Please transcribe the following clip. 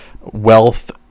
wealth